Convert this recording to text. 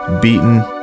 beaten